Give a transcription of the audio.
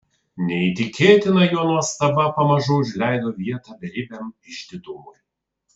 neįtikėtina jo nuostaba pamažu užleido vietą beribiam išdidumui